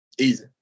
Easy